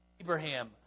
Abraham